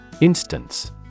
Instance